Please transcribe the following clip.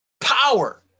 power